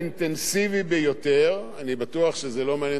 אני בטוח שלא מעניין אתכם לשמוע על הדבר הזה,